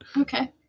Okay